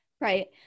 Right